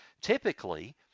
Typically